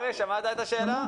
את השאלה?